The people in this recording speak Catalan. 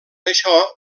això